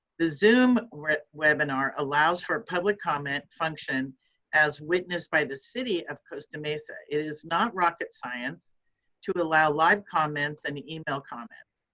the zoom webinar allows for public comment function as witnessed by the city of costa mesa. it is not rocket science to allow live comments and email comments.